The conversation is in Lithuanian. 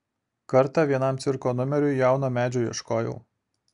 kartą vienam cirko numeriui jauno medžio ieškojau